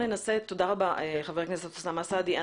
תודה רבה, חבר הכנסת אוסאמה סעדי.